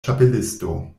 ĉapelisto